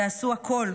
תעשו הכול,